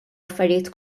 affarijiet